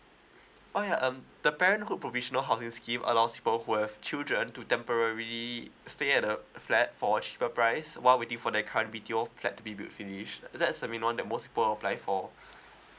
oh ya um the parent hope provisional housing scheme allows people who have children to temporary stay at the flat for a cheaper price while waiting for that current B_T_O flat to be build finish that's the main one that most people apply for